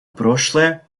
прошлое